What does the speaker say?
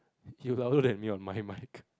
you louder than me on my mic